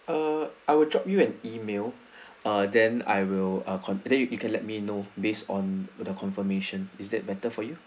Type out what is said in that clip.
uh I will drop you an email ah then I will ah contact you you can let me know based on the confirmation is that better for you